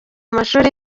amashuri